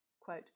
Quote